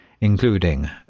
including